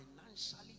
financially